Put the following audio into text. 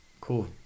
cool